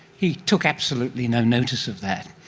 he took absolutely no notice of that.